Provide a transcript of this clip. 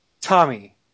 Tommy